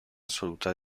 assoluta